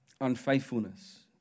unfaithfulness